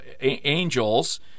angels